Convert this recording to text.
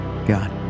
god